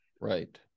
right